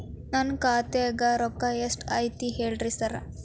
ನನ್ ಖಾತ್ಯಾಗ ರೊಕ್ಕಾ ಎಷ್ಟ್ ಐತಿ ಹೇಳ್ರಿ ಸಾರ್?